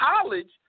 College